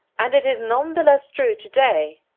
and it is none the less true to-day!